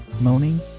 moaning